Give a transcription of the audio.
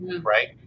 right